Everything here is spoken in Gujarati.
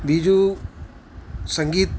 બીજું સંગીત